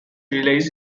relays